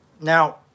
Now